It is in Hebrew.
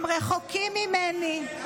הם רחוקים ממני.